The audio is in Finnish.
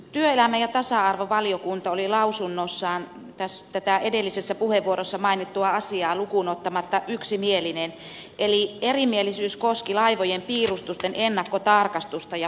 työelämä ja tasa arvovaliokunta oli lausunnossaan tätä edellisessä puheenvuorossa mainittua asiaa lukuun ottamatta yksimielinen eli erimielisyys koski laivojen piirustusten ennakkotarkastusta ja hyväksyntää